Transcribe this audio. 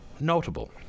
notable